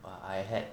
I had